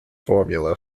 formula